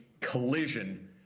collision